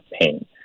pain